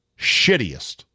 shittiest